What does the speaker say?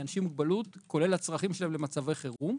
כולל הצרכים שלהם למצבי חירום.